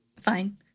fine